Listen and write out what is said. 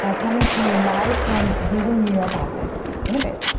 ah coming to you live from google new york office in a bit.